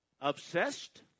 obsessed